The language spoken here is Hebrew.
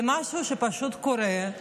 זה משהו שפשוט קורה,